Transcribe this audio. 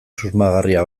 susmagarria